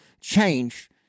change